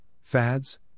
fads